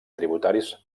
tributaris